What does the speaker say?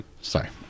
Sorry